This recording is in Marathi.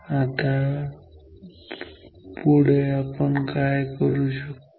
आता पुढे आपण काय करू शकतो